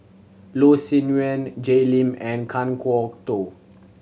Loh Sin Yun Jay Lim and Kan Kwok Toh